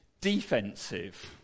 defensive